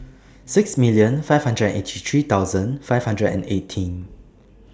six million five hundred and eighty three thousand five hundred and eighteen